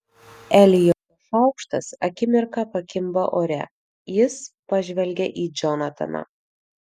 elijo šaukštas akimirką pakimba ore jis pažvelgia į džonataną